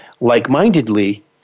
like-mindedly